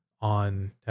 on